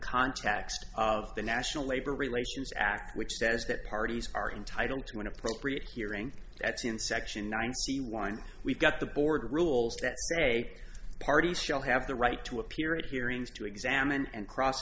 context of the national labor relations act which says that parties are entitled to an appropriate hearing that's in section nine c one we've got the board rules that say parties shall have the right to appear at hearings to examine and cross